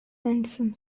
some